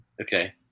Okay